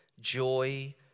joy